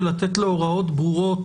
ולתת לו הוראות ברורות